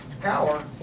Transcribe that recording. power